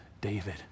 David